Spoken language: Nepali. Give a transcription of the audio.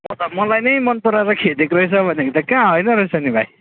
म त मलाई नै मनपराएर खेदेको रहेछ भनेको त कहाँ होइन रहेछ नि भाइ